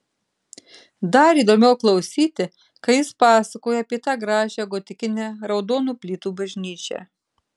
dar įdomiau klausyti kai jis pasakoja apie tą gražią gotikinę raudonų plytų bažnyčią